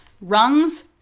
rungs